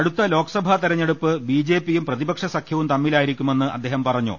അടുത്ത ലോകസഭാ തെരഞ്ഞെടുപ്പ് ബി ജെ പി യും പ്രതിപക്ഷ സംഖ്യവും തമ്മിലായിരിക്കുമെന്ന് അദ്ദേഹം പറ ഞ്ഞു